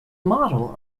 model